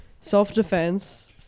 self-defense